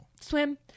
Swim